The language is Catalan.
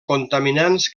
contaminants